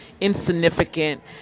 insignificant